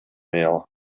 mail